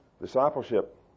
Discipleship